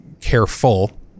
careful